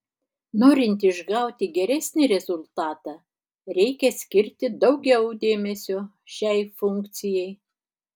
norint išgauti geresnį rezultatą reikia skirti daugiau dėmesio šiai funkcijai